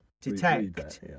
detect